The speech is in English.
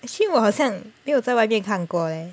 actually 我好像没有在外面看过 leh